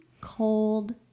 cold